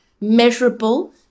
measurable